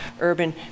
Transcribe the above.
urban